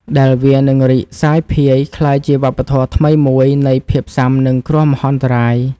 ដែលវានឹងរីកសាយភាយក្លាយជាវប្បធម៌ថ្មីមួយនៃភាពស៊ាំនឹងគ្រោះមហន្តរាយ។